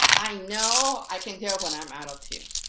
i know i can tell when i'm out of tune.